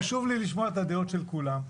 חשוב לי לשמוע את הדעות של כולם,